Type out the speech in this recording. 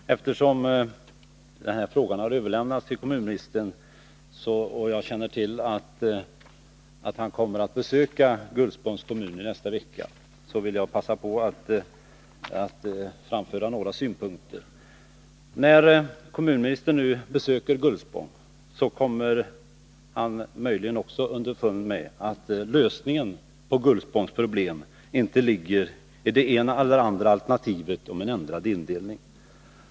Herr talman! Eftersom den här frågan har överlämnats till kommunministern och jag känner till att han kommer att besöka Gullspångs kommun i nästa vecka, vill jag passa på att framföra några synpunkter. När kommunministern nu besöker Gullspång, så kommer han möjligen underfund med att lösningen på Gullspångs problem inte ligger i det ena eller andra alternativet om en ändrad kommunindelning.